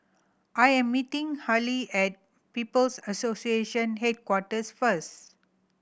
I am meeting Harlie at People's Association Headquarters first